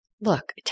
Look